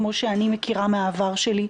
כמו שאני מכירה מהעבר שלי,